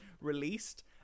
released